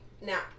Now